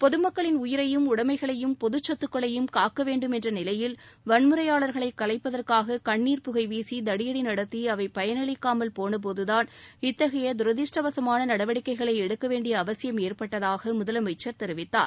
பொதுமக்களின் உயிரையும் உடமைகளையும் பொதுச் சொத்துக்களையும் காக்க வேண்டும் என்ற நிலையில் வன்முறையாளர்களைக் கலைப்பதற்காக கண்ணீர் புகை வீசி தடியடி நடத்தி அவை பயனளிக்காமல் போன போது தான் இத்தகைய தரதிருஷ்டவசமான நடவடிக்கைகளை எடுக்க வேண்டிய அவசியம் ஏற்பட்டதாக முதலமைச்சர் தெரிவித்தார்